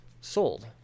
sold